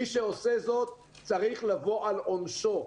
מי שעושה זאת, צריך לבוא על עונשו.